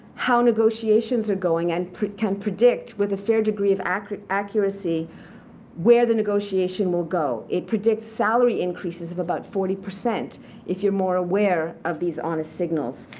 how negotiations are going and can predict with a fair degree of accuracy accuracy where the negotiation will go. it predicts salary increases of about forty percent if you're more aware of these honest signals.